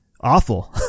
awful